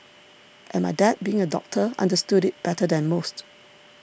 and my dad being a doctor understood it better than most